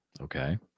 okay